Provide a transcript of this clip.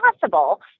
possible